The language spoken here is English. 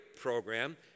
program